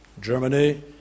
Germany